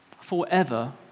forever